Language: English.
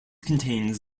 contains